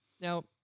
now